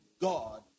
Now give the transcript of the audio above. God